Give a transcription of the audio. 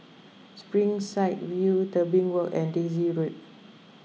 Springside View Tebing Walk and Daisy Road